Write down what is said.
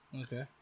Okay